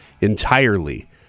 entirely